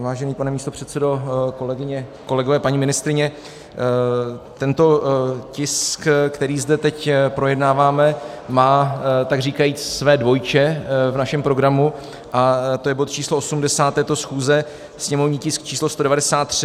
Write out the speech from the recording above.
Vážený pane místopředsedo, kolegyně, kolegové, paní ministryně, tento tisk, který zde teď projednáváme, má takříkajíc své dvojče v našem programu, a to je bod číslo 80 této schůze, sněmovní tisk číslo 193.